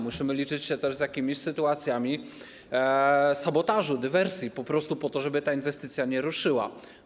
Musimy liczyć się też z jakimiś sytuacjami sabotażu, dywersji prowadzonymi po to, żeby ta inwestycja nie ruszyła.